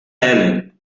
helene